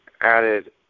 added